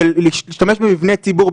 להשתמש במבני ציבור,